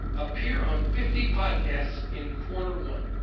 appear on fifty podcasts in quarter one